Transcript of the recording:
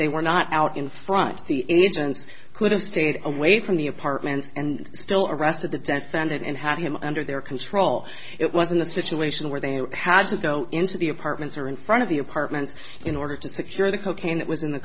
they were not out in front the agents could have stayed away from the apartments and still arrested the tenth fended and had him under their control it wasn't a situation where they would have to go into the apartments or in front of the apartments in order to secure the cocaine that was in the